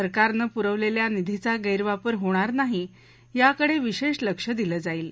सरकारनं पुरवलेल्या निधीचा गैरवापर होणार नाही याकडं विशेष लक्ष दिलं जाईल